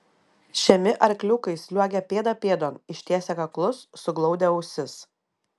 žemi arkliukai sliuogė pėda pėdon ištiesę kaklus suglaudę ausis